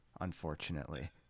unfortunately